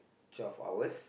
twelve hours